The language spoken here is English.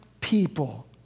people